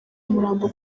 umurambo